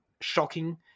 shocking